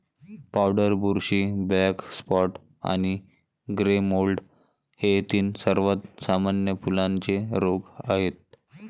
powder बुरशी, black spot आणि grey mould हे तीन सर्वात सामान्य फुलांचे रोग आहेत